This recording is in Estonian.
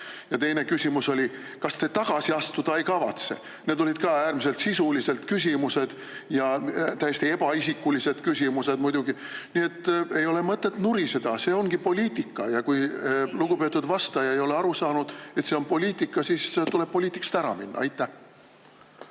ja teine küsimus oli, kas te tagasi astuda ei kavatse. Need olid ka äärmiselt sisulised küsimused ja täiesti ebaisikulised küsimused muidugi. Nii et ei ole mõtet nuriseda, see ongi poliitika. Ja kui lugupeetud vastaja ei ole aru saanud, et see on poliitika, siis tuleb poliitikast ära minna. Aitäh!